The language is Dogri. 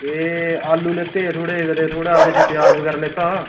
ते आलू लैते हे ते थोह्ड़ा हारा प्याज़ लैता हा